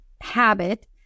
habit